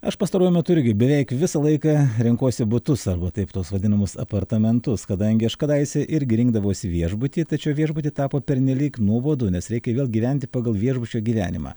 aš pastaruoju metu irgi beveik visą laiką renkuosi butus arba taip tuos vadinamus apartamentus kadangi aš kadaise irgi rinkdavausi viešbutį tačiau viešbuty tapo pernelyg nuobodu nes reikia vėl gyventi pagal viešbučio gyvenimą